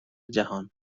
جهان